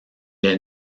est